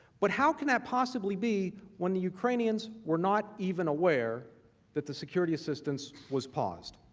but how could that possibly be when the ukrainians were not even aware that the security assistance was paused.